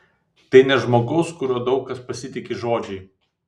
tai ne žmogaus kuriuo daug kas pasitiki žodžiai